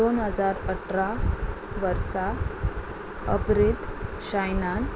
दोन हजार अठरा वर्सा अभ्रीत चायनान